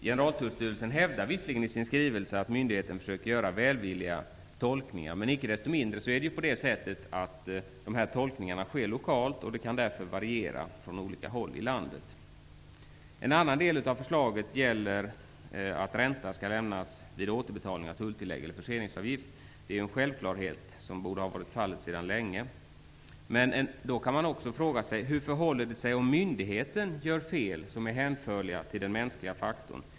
Generaltullstyrelsen hävdar visserligen i sin skrivelse att myndigheten försöker att göra välvilliga tolkningar, men icke desto mindre sker dessa lokalt. Det gör att tillämpningen kan variera på olika håll i landet. En annan del av förslaget innebär att ränta skall lämnas vid återbetalning av tulltillägg eller förseningsavgift. Detta borde ha varit en självklarhet sedan länge. Men man kan då fråga sig hur det förhåller sig om myndigheten gör fel som är att hänföra till den mänskliga faktorn.